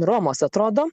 romos atrodo